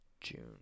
June